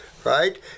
Right